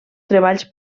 treballs